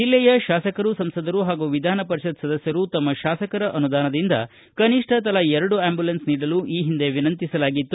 ಜಿಲ್ಲೆಯ ಶಾಸಕರು ಸಂಸದರು ಹಾಗೂ ವಿಧಾನಪರಿಷತ್ ಸದಸ್ಯರು ತಮ್ಮ ಶಾಸಕರ ಅನುಧಾನದಿಂದ ಕನಿಷ್ಟ ತಲಾ ಎರಡು ಅಂಬುಲೆನ್ಸ್ ನೀಡಲು ಈ ಹಿಂದೆ ವಿನಂತಿಸಲಾಗಿತ್ತು